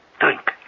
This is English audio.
Drink